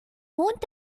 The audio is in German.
mond